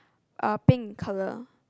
uh pink in colour